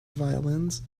violins